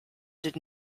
did